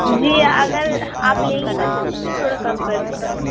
جی اگر آپ لیں گی نا تو ہم اِس میں تھوڑا کم کر دیں گے